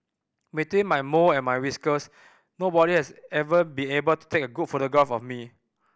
between my mole and my whiskers nobody has ever be able to take a good photograph of me